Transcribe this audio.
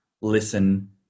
listen